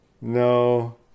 no